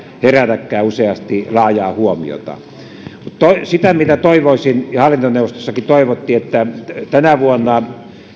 herätäkään useasti laajaa huomiota se mitä toivoisin ja hallintoneuvostossakin toivottiin on että tänä vuonna